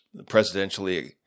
presidentially